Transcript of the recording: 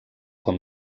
com